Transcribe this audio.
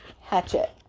Hatchet